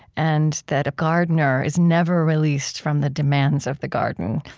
and that a gardener is never released from the demands of the garden.